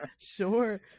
Sure